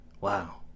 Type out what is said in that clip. Wow